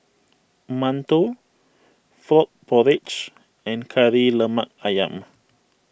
Mantou Frog Porridge and Kari Lemak Ayam